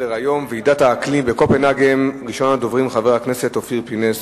ההצבעה שלי לא נקלטה.